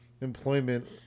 employment